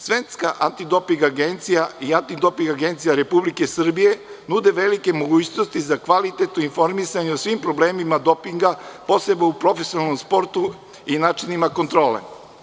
Svetska antidoping agencija i Antidoping agencija Republike Srbije nude velike mogućnosti za kvalitetno informisanje o svim problemima dopinga, posebno u profesionalnom sportu i načinima kontrole.